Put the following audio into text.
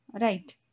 Right